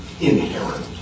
inherent